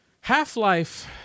Half-Life